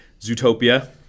Zootopia